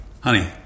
Honey